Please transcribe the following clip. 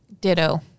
Ditto